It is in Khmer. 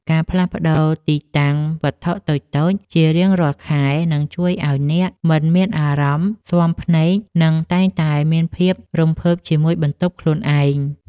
ការផ្លាស់ប្តូរទីតាំងវត្ថុតូចៗជារៀងរាល់ខែ នឹងជួយឱ្យអ្នកមិនមានអារម្មណ៍ស៊ាំភ្នែក និងតែងតែមានភាពរំភើបជាមួយបន្ទប់ខ្លួនឯង។